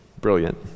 brilliant